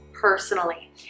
personally